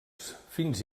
fins